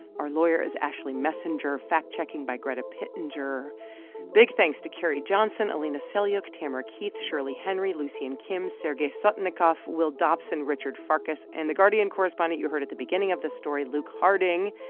our lawyer is ashley messenger. fact checking by greta pittenger big thanks to carrie johnson, alina selyukh, tamara keith, shirley henry, lucian kim, sergei sotnikov, will dobson, richard farkas and the guardian correspondent you heard at the beginning of the story, luke harding.